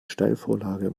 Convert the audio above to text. steilvorlage